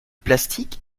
plastique